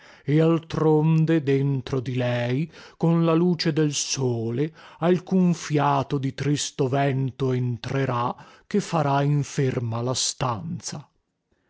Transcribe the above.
e altronde dentro di lei con la luce del sole alcun fiato di tristo vento entrerà che farà inferma la stanza